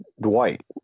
Dwight